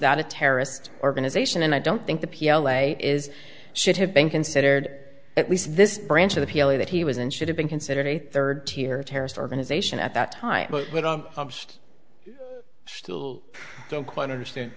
that a terrorist organization and i don't think the p l o a is should have been considered at least this branch of the p l o that he was and should have been considered a third tier terrorist organization at that time we don't quite understand